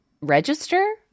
register